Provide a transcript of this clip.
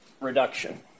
reduction